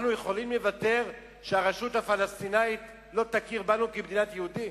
אנחנו יכולים לוותר על כך שהרשות הפלסטינית לא תכיר בנו כמדינה יהודית?